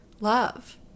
love